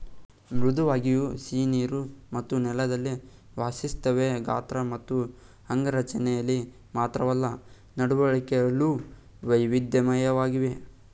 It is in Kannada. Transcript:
ಮೃದ್ವಂಗಿಯು ಸಿಹಿನೀರು ಮತ್ತು ನೆಲದಲ್ಲಿ ವಾಸಿಸ್ತವೆ ಗಾತ್ರ ಮತ್ತು ಅಂಗರಚನೆಲಿ ಮಾತ್ರವಲ್ಲ ನಡವಳಿಕೆಲು ವೈವಿಧ್ಯಮಯವಾಗಿವೆ